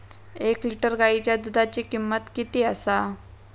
एक लिटर गायीच्या दुधाची किमंत किती आसा?